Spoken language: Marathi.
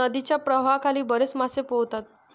नदीच्या प्रवाहाखाली बरेच मासे पोहतात